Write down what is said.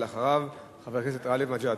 ואחריו, חבר הכנסת גאלב מג'אדלה.